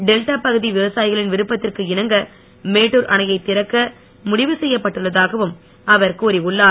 delta பகுதி விவசாயிகளின் விருப்பத்திற்கு இணங்க மேட்டூர் அணையை இறக்க முடிவு செய்யப்பட்டுள்ளதாகவும் அவர் கூறி உள்ளார்